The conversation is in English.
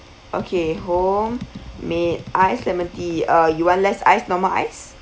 okay homemade ice lemon tea uh you want less ice normal ice